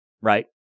Right